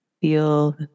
Feel